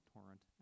Torrent